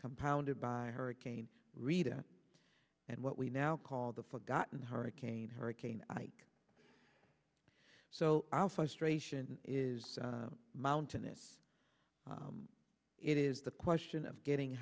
compounded by hurricane rita and what we now call the forgotten hurricane hurricane ike so i'll fly straight is mountainous it is the question of getting